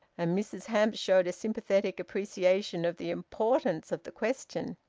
and mrs hamps showed a sympathetic appreciation of the importance of the question.